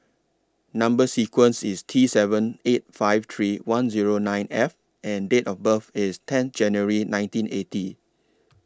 Number sequence IS T seven eight five three one Zero nine F and Date of birth IS ten January nineteen eighty